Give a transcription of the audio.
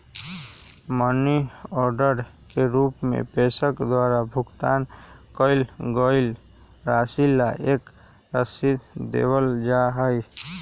money order के रूप में प्रेषक द्वारा भुगतान कइल गईल राशि ला एक रसीद देवल जा हई